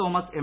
Thomas M